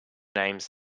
names